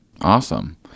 awesome